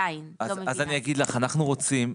אנחנו רוצים,